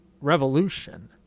revolution